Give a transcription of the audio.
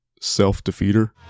self-defeater